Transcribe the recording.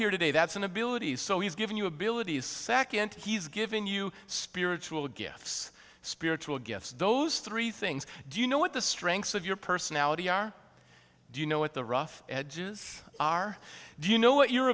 here today that's an ability so he's given you abilities second he's given you spiritual gifts spiritual gifts those three things do you know what the strengths of your personality are do you know what the rough edges are do you know what your